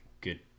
good